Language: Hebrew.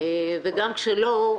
וגם כשלא,